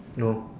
no